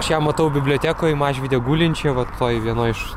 aš ją matau bibliotekoje mažvyde gulinčią vat toj vienoj iš